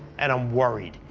and i'm worried,